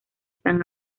san